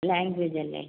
language അല്ലേ